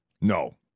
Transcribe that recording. No